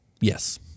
Yes